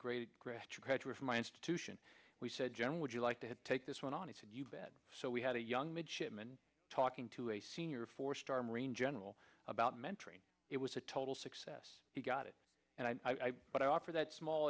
gretchen graduate from my institution we said general would you like to take this one on and said you bet so we had a young midshipman talking to a senior four star marine general about mentoring it was a total success he got it and i but i offer that small